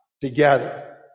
together